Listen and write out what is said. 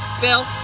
Bill